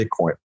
Bitcoin